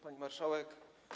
Pani Marszałek!